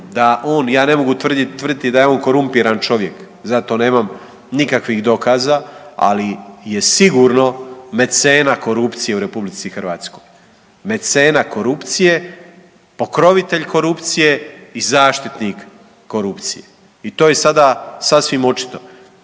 ja ne mogu tvrditi da je on korumpiran čovjek, za to nemam nikakvih dokaza, ali je sigurno mecena korupcije u RH, mecena korupcije, pokrovitelj korupcije i zaštitnik korupcije. I to je sada sasvim očito.